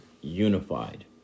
unified